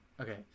Okay